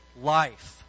life